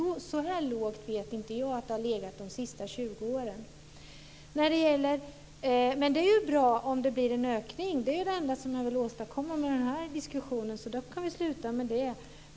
Och jag vet inte att nivån har varit så låg under de senaste 20 åren. Men det är ju bra om det blir en ökning. Det är det enda som jag vill åstadkomma med denna diskussion. Så då kan vi sluta med den.